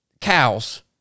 cows